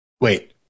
Wait